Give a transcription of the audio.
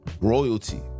royalty